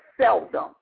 seldom